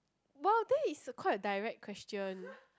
well that is a quite direct question